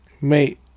Mate